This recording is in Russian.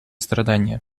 страдания